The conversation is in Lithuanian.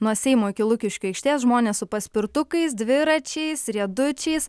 nuo seimo iki lukiškių aikštės žmonės su paspirtukais dviračiais riedučiais